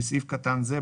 בסעיף קטן זה,